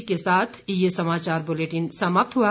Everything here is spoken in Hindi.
इसी के साथ ये समाचार बुलेटिन समाप्त हुआ